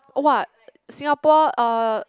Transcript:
!wah! Singapore uh